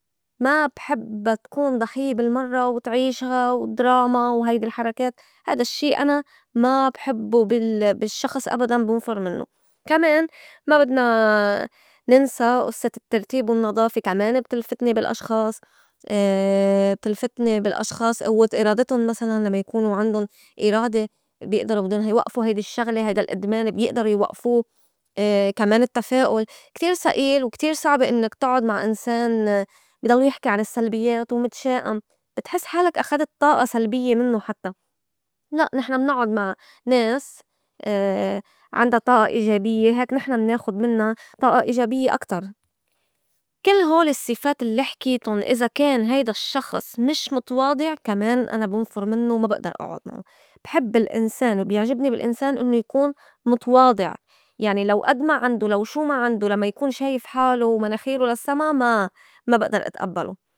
ما بحبّا تكون ضحيّة بالمرّة وتعيشها ودراما وهيدي الحركات هيدا الشّي أنا ما بحبّو بال- بالشّخص أبداً بنفُر منّو، كمان ما بدنا ننسى قصّة الترتيب والنّضافة كمان بتلفتني بالأشخاص، بتلفتني بالأشخاص قوّة إرادةٌ مسلاً لمّا يكونوا عندّن إرادة بيئدرو بدُّن يوئفو هيدي الشّغلة هيدا الأدمان بيئدرو يوئفو، كمان التفاؤل كتير سئيل وكتير صعبة إنّك تُعُّد مع إنسان بي ضلوا يحكي عن السلبيّات ومتشائَم بتحس حالك أخدت طاقة سلبيّة منّو حتّى لأ نحن منعُُّد مع ناس عندا طاقة إيجابيّة هيك نحن مناخُد منّا طاقة إيجابيّة أكتر. كل هول الصّفات الّي حكيتُن إذا كان هيدا الشّخص مش متواضع كمان أنا بنفُر منّو ما بئدر أعُّد معو بحب الإنسان وبيعجبني بالإنسان إنّو يكون متواضع يعني لو أد ما عندو لو شو ما عندو لمّا يكون شايف حالو ومناخيره للسّما ما- ما بئدر إتئبّلو.